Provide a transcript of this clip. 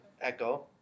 Echo